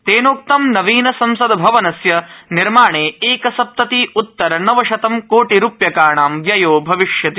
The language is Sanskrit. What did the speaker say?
तेनोक्त नवीनसंसद्धवनस्य निर्माणे एकसप्तति उत्तर नवशत कोटिरुप्यकाणा व्ययो भविष्यति